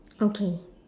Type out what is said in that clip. okay